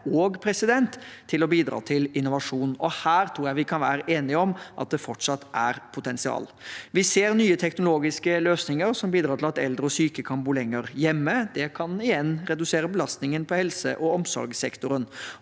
og for å bidra til innovasjon. Her tror jeg vi kan være enige om at det fortsatt er et potensial. Vi ser nye teknologiske løsninger som bidrar til at eldre og syke kan bo lenger hjemme. Det kan igjen redusere belastningen på helse- og omsorgssektoren.